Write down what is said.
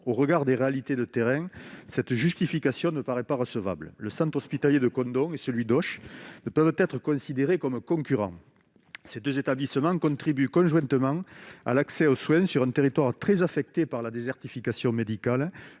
au regard des réalités de terrain cette justification ne paraît pas recevable, le centre hospitalier de et celui d'Auch ne peuvent être considérées comme concurrent ces 2 établissements contribuent conjointement à l'accès aux soins sur un territoire très affectés par la désertification médicale